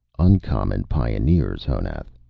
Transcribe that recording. uncommon pioneers, honath.